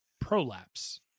prolapse